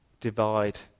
divide